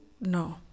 no